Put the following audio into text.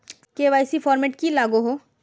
KYC format की लागोहो?